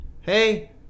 hey